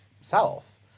self